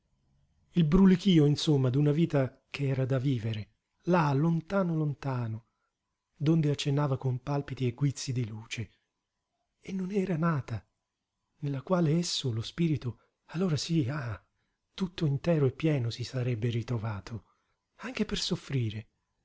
il brulichío insomma di una vita che era da vivere là lontano lontano donde accennava con palpiti e guizzi di luce e non era nata nella quale esso lo spirito allora sí ah tutto intero e pieno si sarebbe ritrovato anche per soffrire